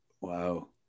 Wow